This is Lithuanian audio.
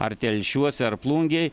ar telšiuose ar plungėj